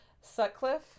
Sutcliffe